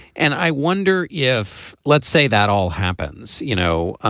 and i wonder if let's say that all happens you know ah